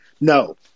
no